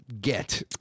get